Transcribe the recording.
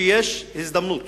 שיש הזדמנות